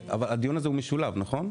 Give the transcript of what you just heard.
אבל הדיון הזה משולב, נכון?